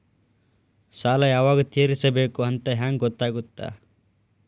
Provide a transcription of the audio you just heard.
ಸಾಲ ಯಾವಾಗ ತೇರಿಸಬೇಕು ಅಂತ ಹೆಂಗ್ ಗೊತ್ತಾಗುತ್ತಾ?